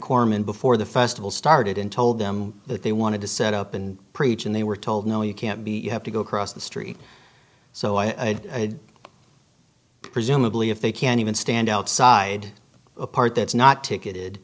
korman before the festival started and told them that they wanted to set up and preach and they were told no you can't be you have to go across the street so i presumably if they can even stand outside a part that's not ticketed